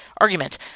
argument